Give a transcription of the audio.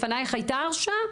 לפנייך הייתה הרשעה.